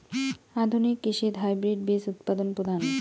আধুনিক কৃষিত হাইব্রিড বীজ উৎপাদন প্রধান